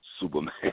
Superman